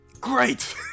Great